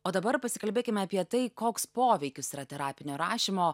o dabar pasikalbėkime apie tai koks poveikis yra terapinio rašymo